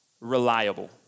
reliable